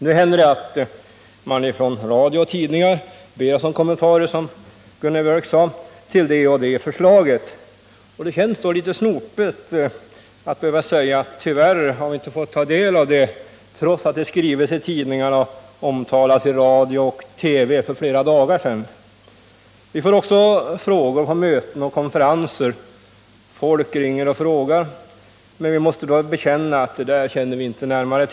Nu händer det, som Gunnar Biörck sade, att radio och tidningar ber oss om kommentarer till det eller det förslaget. Då känns det litet snopet att behöva säga att vi tyvärr inte har fått ta del av förslaget, trots att det för flera dagar sedan behandlats i tidningarna och omtalats i radio och TV. Vi får också frågor på möten och konferenser. Folk ringer och frågar, men vi måste då bekänna att vi inte känner till saken närmare.